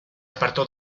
apartó